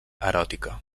eròtica